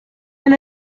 эле